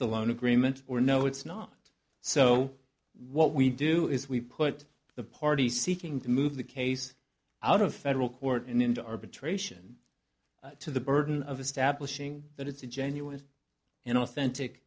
the loan agreement or no it's not so what we do is we put the party seeking to move the case out of federal court and into arbitration to the burden of establishing that it's a genuine and authentic